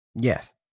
yes